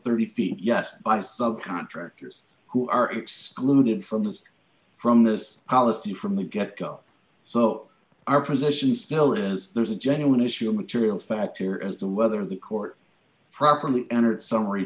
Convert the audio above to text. thirty feet yes i saw contractors who are excluded from this from this policy from the get go so our position still is there's a genuine issue material factor as to whether the court properly entered summary